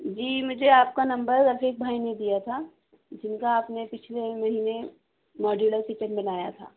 جی مجھے آپ کا نمبر رفیق بھائی نے دیا تھا جن کا آپ نے پچھلے مہینے ماڈیولر کچن بنایا تھا